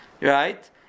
right